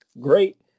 great